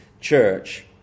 church